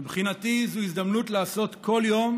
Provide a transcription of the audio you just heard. מבחינתי זו הזדמנות לעשות כל יום